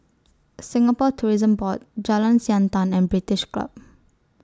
Singapore Tourism Board Jalan Siantan and British Club